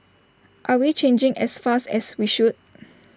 are we changing as fast as we should